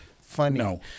funny